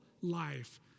life